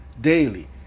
daily